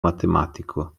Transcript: matematico